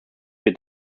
wird